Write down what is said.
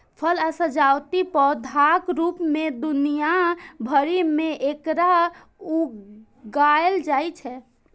फल आ सजावटी पौधाक रूप मे दुनिया भरि मे एकरा उगायल जाइ छै